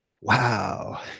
wow